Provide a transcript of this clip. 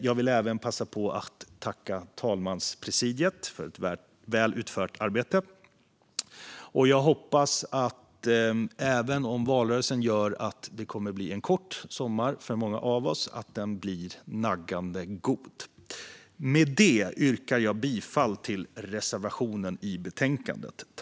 Jag vill även tacka talmanspresidiet för ett väl utfört arbete. Även om sommaren kommer att bli kort för många av oss, på grund av valrörelsen, hoppas jag att den blir naggande god. Med det yrkar jag bifall till reservationen i betänkandet.